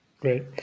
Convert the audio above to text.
Great